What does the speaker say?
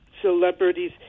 celebrities